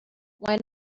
why